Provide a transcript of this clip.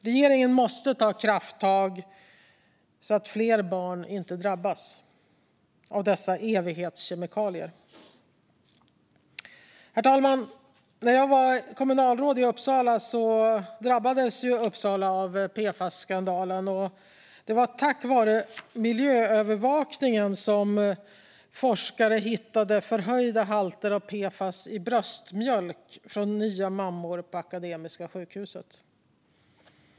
Regeringen måste ta krafttag så att fler barn inte drabbas av dessa evighetskemikalier. Herr talman! När jag var kommunalråd i Uppsala drabbades Uppsala av PFAS-skandalen. Det var tack vare miljöövervakningen som forskare hittade förhöjda halter av PFAS i bröstmjölk hos nya mammor på Akademiska sjukhuset.